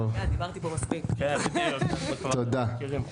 טוב, תודה.